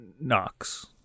knocks